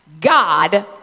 God